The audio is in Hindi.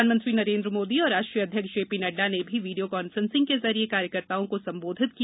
प्रधानमंत्री नरेंद्र मोदी और राष्ट्रीय अध्यक्ष जेपीनड्डा ने भी वीडियो कांफ्रेंसिंग के जरिए कार्यकर्ताओं को संबोधित किया